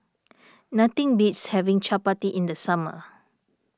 nothing beats having Chapati in the summer